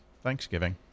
Thanksgiving